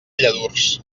lladurs